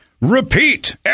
repeat